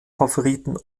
favoriten